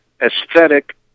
aesthetic